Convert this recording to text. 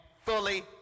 fully